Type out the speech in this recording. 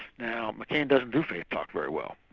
now mccain doesn't do faith talk very well,